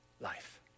life